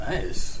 Nice